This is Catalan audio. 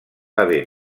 haver